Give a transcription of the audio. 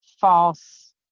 false